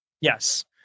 Yes